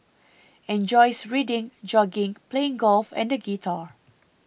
enjoys reading jogging playing golf and the guitar